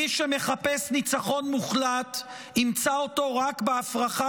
מי שמחפש ניצחון מוחלט ימצא אותו רק בהפרחה